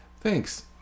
Thanks